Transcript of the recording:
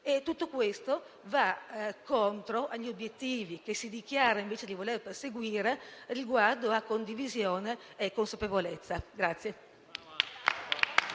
Tutto questo va contro gli obiettivi che si dichiara invece di voler perseguire riguardo a condivisione e consapevolezza.